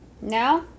now